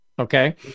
Okay